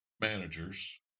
managers